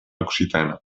occitana